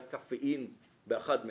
היה קפאין באחד מהם,